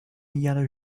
yellow